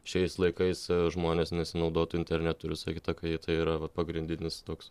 šiais laikais žmonės nesinaudotų internetu ir visa kita kai tai yra pagrindinis toks